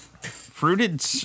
fruited